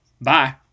Bye